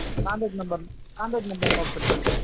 ம் contact number contact number note பண்ணிக்கோங்க